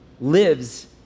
lives